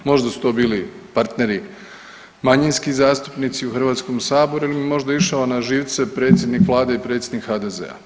Možda su to bili partneri manjinski zastupnici u Hrvatskom saboru jer im je možda išao na živce predsjednik vlade i predsjednik HDZ-a.